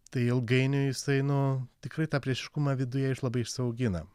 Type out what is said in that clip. tai ilgainiui jisai nu tikrai tą priešiškumą viduje iš labai išsiaugina